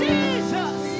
Jesus